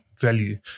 value